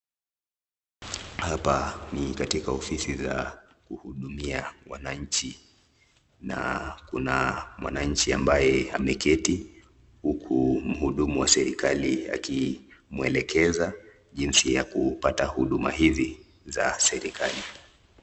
Hapa ni katika ofisi za kuhudumia wananchi na kuna mwananchi ambaye ameketi huku mhudumu wa serekali akimwelekeza jinsi ya kupata huduma hizi za serekali.